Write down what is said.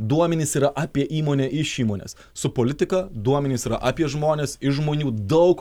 duomenys yra apie įmonę iš įmonės su politika duomenys apie žmones iš žmonių daug